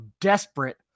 desperate